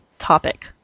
topic